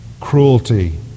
cruelty